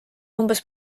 umbes